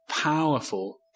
powerful